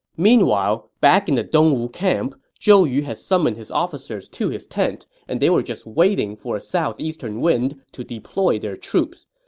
meanwhile, back in the dongwu camp, zhou yu had summoned his officers to his tent, and they were just waiting for a southeastern wind to deploy their troops.